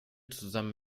zusammen